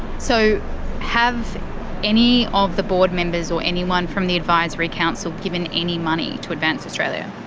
so have any of the board members or anyone from the advisory council given any money to advance australia?